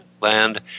land